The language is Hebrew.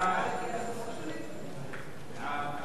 ההצעה להעביר את הצעת חוק להגנת הספרות והסופרים בישראל (הוראת שעה),